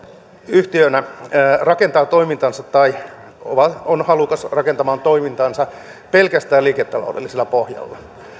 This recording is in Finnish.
yhtiönä rakentaa tai on on halukas rakentamaan toimintansa pelkästään liiketa loudelliselle pohjalle